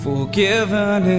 Forgiven